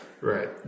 Right